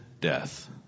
death